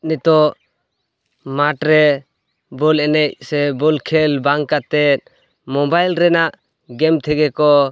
ᱱᱤᱛᱚᱜ ᱢᱟᱴᱨᱮ ᱵᱚᱞ ᱮᱱᱮᱡ ᱥᱮ ᱵᱚᱞ ᱠᱷᱮᱞ ᱵᱟᱝ ᱠᱟᱛᱮ ᱢᱳᱵᱟᱭᱤᱞ ᱨᱮᱱᱟᱜ ᱜᱮᱢ ᱛᱷᱮᱜᱮᱠᱚ